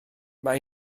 mae